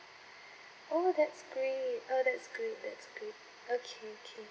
oh that's great oh that's great that's great okay okay